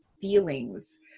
feelings